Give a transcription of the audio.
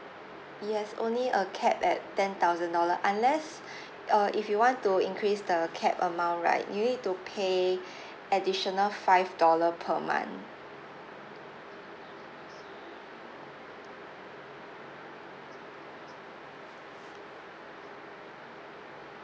yes only a cap at ten thousand dollar unless uh if you want to increase the cap amount right you need to pay additional five dollar per month